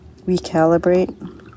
recalibrate